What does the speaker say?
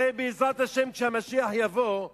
הרי בעזרת השם, כשהמשיח יבוא,